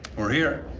we're here.